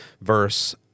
verse